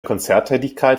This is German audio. konzerttätigkeit